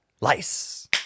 lice